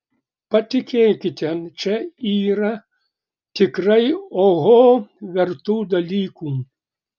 patikėkite čia yra tikrai oho vertų dalykų